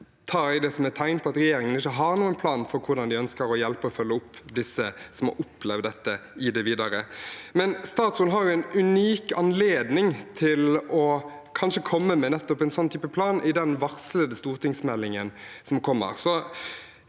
Det tar jeg som et tegn på at regjeringen ikke har noen plan for hvordan de i det videre ønsker å hjelpe og følge opp disse som har opplevd dette, men statsråden har en unik anledning til kanskje å komme med nettopp en sånn type plan i den varslede stortingsmeldingen. Det er